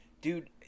dude